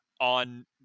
on